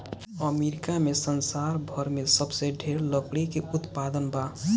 America में संसार भर में सबसे ढेर लकड़ी के उत्पादन बा